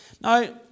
Now